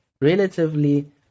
relatively